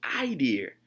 idea